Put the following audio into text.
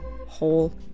whole